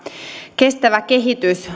kestävä kehitys